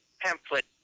Pamphlet